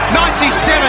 97